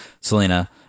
selena